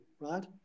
right